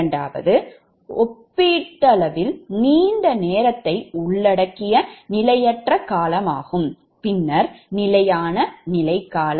இரண்டாவது ஒப்பீட்டளவில் நீண்ட நேரத்தை உள்ளடக்கிய நிலையற்ற காலம் பின்னர் நிலையான நிலை காலம் ஆகும்